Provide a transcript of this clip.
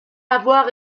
avoir